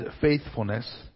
faithfulness